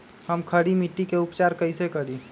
हम खड़ी मिट्टी के उपचार कईसे करी?